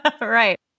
Right